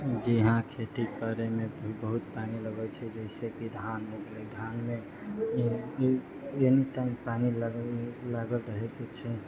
जी हँ खेती करैमे भी बहुत पानि लगै छै जैसे की धान हो गेलै धान मे एनीटाइम पानि लागल रहै के चाही